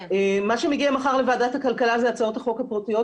מה שמגיע מחר לוועדת הכלכלה זה הצעות החוק הפרטיות,